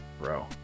bro